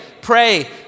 pray